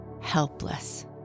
helpless